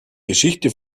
geschichte